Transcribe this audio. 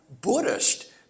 Buddhist